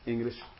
English